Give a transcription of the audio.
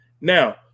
Now